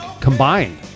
combined